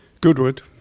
goodwood